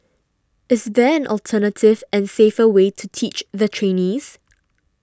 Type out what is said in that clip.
is there an alternative and safer way to teach the trainees